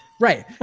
right